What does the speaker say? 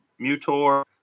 mutor